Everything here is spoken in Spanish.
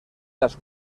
las